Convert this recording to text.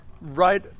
right